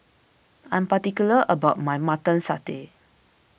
I am particular about my Mutton Satay